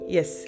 Yes